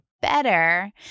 better